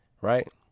Right